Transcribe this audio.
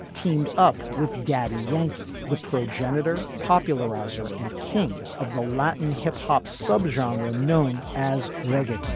teamed up with daddy yankee, the progenitor popularizer and king of the latin hip hop subgenre known as reggaeton